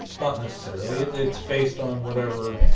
not necessarily that's based on whatever